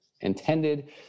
intended